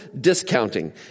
discounting